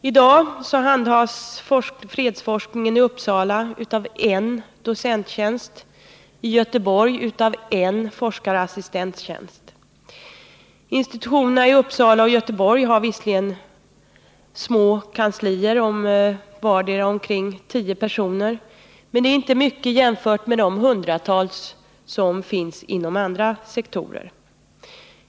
I dag har fredsforskningen i Uppsala en docenttjänst och i Göteborg en forskarassistenttjänst. Institutionerna i Uppsala och Göteborg har visserligen små kanslier om vartdera tio personer, men det är inte mycket jämfört med vad som finns inom andra sektorer.